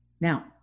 Now